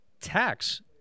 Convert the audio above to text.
tax